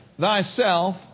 thyself